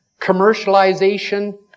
Commercialization